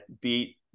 Beat